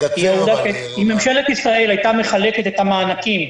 אם ממשלת ישראל הייתה מחלקת את המענקים,